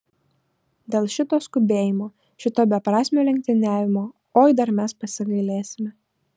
dėl šito skubėjimo šito beprasmio lenktyniavimo oi dar mes pasigailėsime